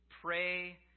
pray